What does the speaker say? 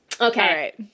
Okay